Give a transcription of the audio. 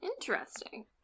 Interesting